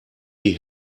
die